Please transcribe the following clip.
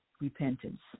repentance